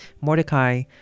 Mordecai